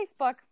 Facebook